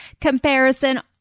comparison